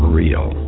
real